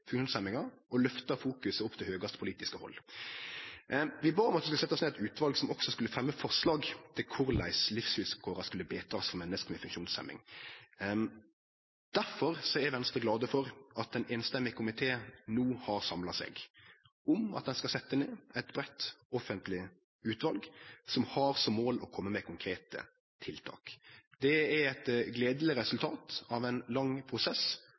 funksjonshemmingar og har løfta fokuset opp til høgaste politiske hald. Vi bad om at det skulle setjast ned eit utval som også skulle fremje forslag om korleis livsvilkåra for menneske med funksjonshemming kunne betrast. Derfor er Venstre glad for at ein samrøystes komité no har samla seg om at ein skal setje ned eit breitt offentleg utval som har som mål å kome med konkrete tiltak. Det er eit gledeleg resultat av ein lang prosess.